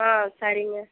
ஆ சரிங்க